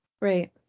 Right